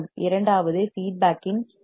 இரண்டாவது ஃபீட்பேக் இன் பேஸ்